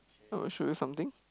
I will show you something